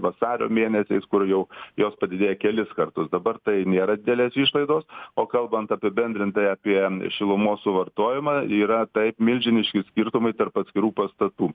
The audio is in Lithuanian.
vasario mėnesiais kur jau jos padidėja kelis kartus dabar tai nėra didelės išlaidos o kalbant apibendrintai apie šilumos suvartojimą yra taip milžiniški skirtumai tarp atskirų pastatų